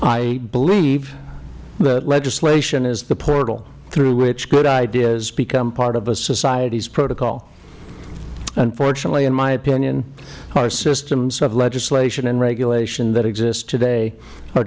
i believe that legislation is the portal through which good ideas become part of a societys protocol unfortunately in my opinion our systems of legislation and regulation that exist today are